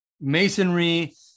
masonry